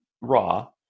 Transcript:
raw